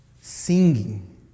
singing